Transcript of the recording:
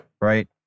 Right